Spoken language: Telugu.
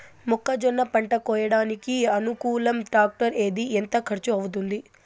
మొక్కజొన్న పంట కోయడానికి అనుకూలం టాక్టర్ ఏది? ఎంత ఖర్చు అవుతుంది?